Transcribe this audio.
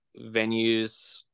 venues